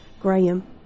Graham